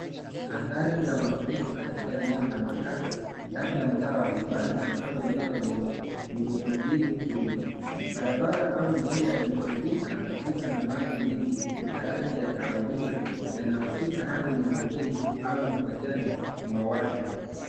Athari za mafuriko katika eneo la makazi, labda mtaa wa vibanda au eneo lenye miundombinu duni. Barabara au njia imefurika kabisa na maji mengi ya rangi ya kahawia yanayofika hadi magotini au mapajani mwa watu.